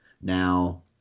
Now